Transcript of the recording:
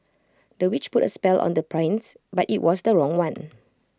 the witch put A spell on the prince but IT was the wrong one